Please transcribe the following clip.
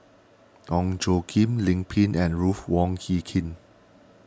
Ong Tjoe Kim Lim Pin and Ruth Wong Hie King